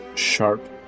sharp